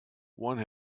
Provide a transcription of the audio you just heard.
one